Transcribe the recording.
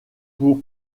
pour